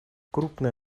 крупное